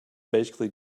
basically